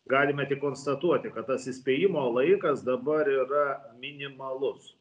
galime tik konstatuoti kad tas įspėjimo laikas dabar yra minimalus